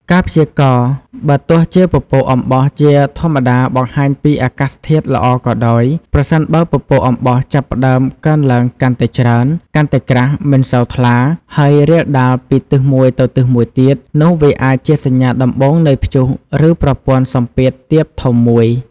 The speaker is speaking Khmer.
ការព្យាករណ៍ បើទោះជាពពក អំបោះ ជាធម្មតាបង្ហាញពីអាកាសធាតុល្អក៏ដោយ ប្រសិនបើពពកអំបោះចាប់ផ្តើមកើនឡើងកាន់តែច្រើន កាន់តែក្រាស់ មិនសូវថ្លា ហើយរាលដាលពីទិសមួយទៅទិសមួយទៀតនោះវាអាចជាសញ្ញាដំបូងនៃព្យុះ ឬប្រព័ន្ធសម្ពាធទាបធំមួយ។